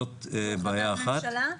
זו החלטת ממשלה?